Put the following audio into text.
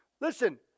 Listen